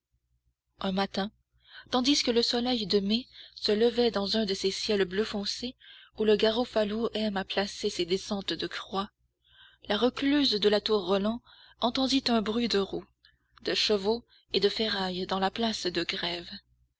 un matin tandis que le soleil de mai se levait dans un de ces ciels bleu foncé où le garofalo aime à placer ses descentes de croix la recluse de la tour roland entendit un bruit de roues de chevaux et de ferrailles dans la place de grève